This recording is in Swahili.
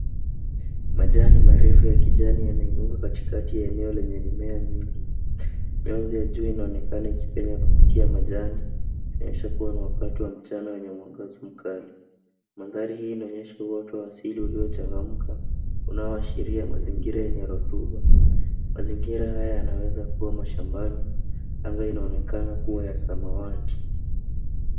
Majani marefu ya kijani yanainuka katikati ya eneo lenye mimea mingi. Mianzo ya jua inaonekana ikipenya kupitia majani kuonyesha kuwa ni wakati wa mchana wenye mwangaza mkali. Mandhari hii inaonyesha uoto wa asili uliochangamka unaoashiria mazingira yenye rotuba. Mazingira haya yanaweza kuwa mashambani. Anga inaonekana kuwa ya samawati